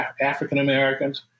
African-Americans